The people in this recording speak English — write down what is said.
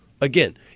Again